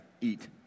eat